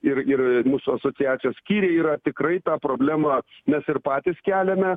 ir ir mūsų asociacijos skyriai yra tikrai tą problemą nes ir patys keliame